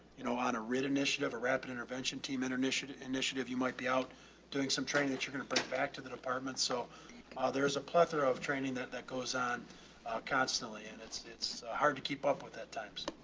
you know, on a writ initiative or rapid intervention team and initiative initiative, you might be out doing some training that you're going to put it back to the department. so ah there is a plethora of training that that goes on constantly and it's, it's hard to keep up with that times.